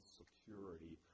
security